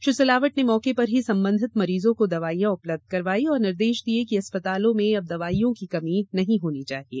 श्री सिलावाट ने मौके पर ही संबंधित मरीजों को दवाइयाँ उपलब्ध करवाई और निर्देश दिये कि अस्पतालों में अब दवाइयों की कमी नहीं रहना चाहिये